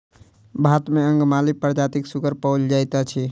भारत मे अंगमाली प्रजातिक सुगर पाओल जाइत अछि